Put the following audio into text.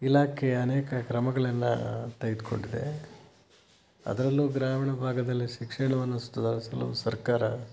ಇಲಾಖೆ ಅನೇಕ ಕ್ರಮಗಳನ್ನು ತೆಗ್ದುಕೊಂಡಿದೆ ಅದರಲ್ಲೂ ಗ್ರಾಮೀಣ ಭಾಗದಲ್ಲಿ ಶಿಕ್ಷಣವನ್ನು ಸುಧಾರಿಸಲು ಸರ್ಕಾರ